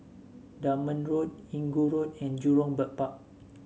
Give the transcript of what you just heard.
Dunman Road Inggu Road and Jurong Bird Park